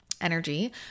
energy